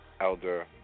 Elder